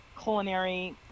culinary